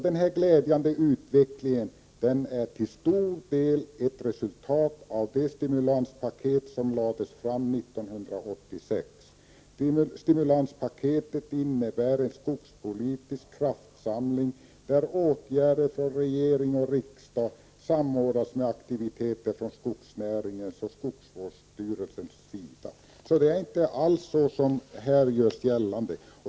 Denna glädjande utveckling är till stor del ett resultat av det ”stimulanspaket” som lades fram 1986. Stimulanspaketet innebär en skogspolitisk kraftsamling där åtgärder från regering och riksdag samordnas med aktiviteter från skogsnäringens och skogsvårdsstyrelsernas sida.” Det förhåller sig alltså inte alls som här görs gällande.